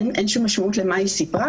אין שום משמעות למה שהיא סיפרה?